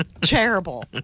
Terrible